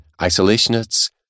isolationists